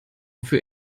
für